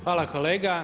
Hvala kolega.